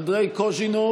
עד לפני כמה ימים,